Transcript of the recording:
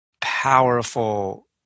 powerful